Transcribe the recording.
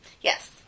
Yes